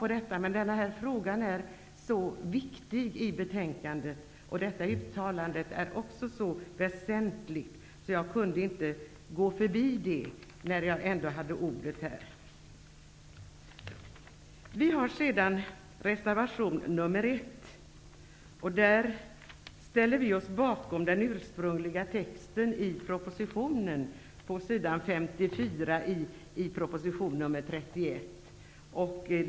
Men denna fråga i betänkandet är så viktig och gjorda uttalande är så väsentligt att jag inte kunde gå förbi dem när jag nu ändå hade ordet. Så något om reservation nr 1. Av den framgår att vi ställer oss bakom den ursprungliga texten i propositionen. Det gäller vad som sägs på s. 54 i proposition nr 31.